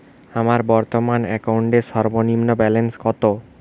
আমার বর্তমান অ্যাকাউন্টের সর্বনিম্ন ব্যালেন্স কত?